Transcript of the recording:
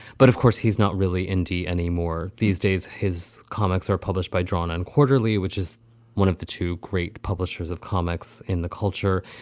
but of course, he's not really indie anymore. these days, his comics are published by drawn and quarterly, which is one of the two great publishers of comics in the culture.